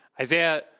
Isaiah